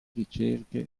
ricerche